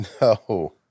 No